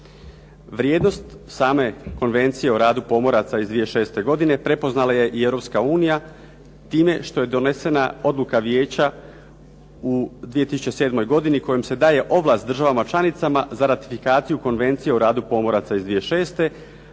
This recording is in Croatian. Vrijednost same konvencije o radu pomoraca iz 2006. godine, prepoznala je i Europska unija, time što je donesena odluka vijeća u 2007. godini, kojom se daje ovlast državama članicama za ratifikaciju Konvencije o radu pomoraca iz 2006. godine,